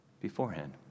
beforehand